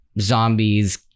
zombies